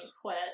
quit